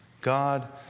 God